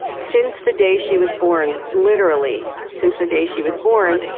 since the day she was born, literally since the day she was born,